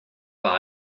par